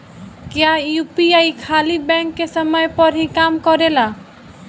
क्या यू.पी.आई खाली बैंक के समय पर ही काम करेला?